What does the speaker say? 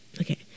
Okay